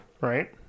right